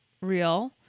real